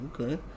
okay